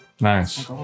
Nice